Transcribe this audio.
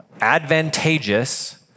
advantageous